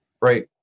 right